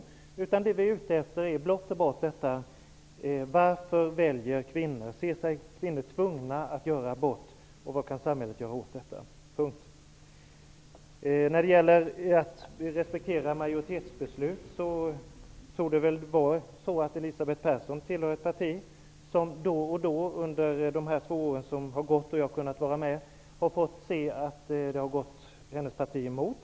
Vi är blott och bart ute efter att få reda på varför kvinnor ser sig tvungna att göra abort och vad samhället kan göra åt det. Elisabeth Persson tillhör ett parti som då och då under de två år som jag har varit med har fått se att besluten har gått hennes parti emot.